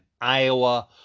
Iowa